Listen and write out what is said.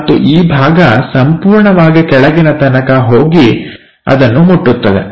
ಮತ್ತು ಈ ಭಾಗ ಸಂಪೂರ್ಣವಾಗಿ ಕೆಳಗಿನ ತನಕ ಹೋಗಿ ಅದನ್ನು ಮುಟ್ಟುತ್ತದೆ